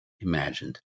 imagined